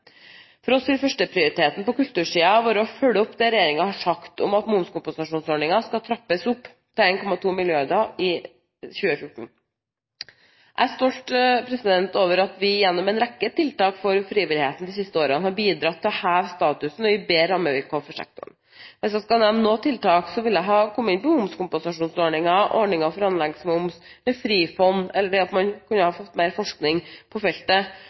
For oss vil førsteprioriteten på kultursiden være å følge opp det regjeringen har sagt om at momskompensasjonsordningen skal trappes opp til 1,2 mrd. kr i 2014. Jeg er stolt over at vi gjennom en rekke tiltak for frivilligheten de siste årene har bidratt til å heve statusen og gi bedre rammevilkår for sektoren. Hvis jeg skal nevne noen tiltak, vil jeg komme inn på momskompensasjonsordningen, ordninger for anleggsmoms, Frifond, det at man kunne ha fått mer forskning på feltet,